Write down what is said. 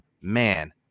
man